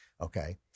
okay